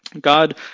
God